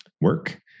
work